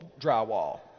drywall